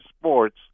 sports